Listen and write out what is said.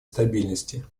стабильности